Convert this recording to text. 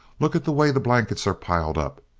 look at the way the blankets are piled up.